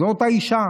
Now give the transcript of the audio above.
זו אותה אישה.